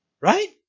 right